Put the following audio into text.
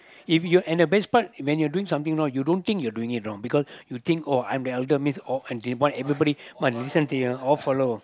if you at a best part when you are doing something wrong you don't think you are doing it wrong because you think oh I'm the elder means all they want everybody my decision to you all follow